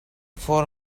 for